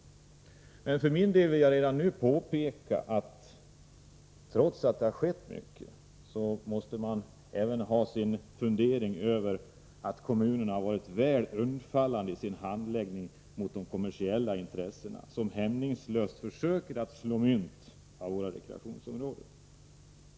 Jag vill för min del redan nu påpeka att man, trots att det har skett mycket, måste fundera över om inte kommunerna i sin handläggning har varit väl undfallande mot de kommersiella intressena, som hämningslöst försöker slå mynt av våra rekreationsområden.